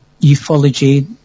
ufology